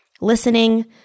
Listening